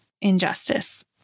injustice